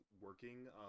working